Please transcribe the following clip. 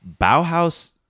Bauhaus